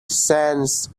sends